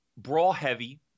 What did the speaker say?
brawl-heavy